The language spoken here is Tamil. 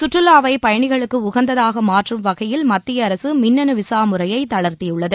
சுற்றுலாவை பயணிகளுக்கு உகந்ததாக மாற்றும் வகையில் மத்திய அரசு மின்னணு விசா முறையை தளர்த்தியுள்ளது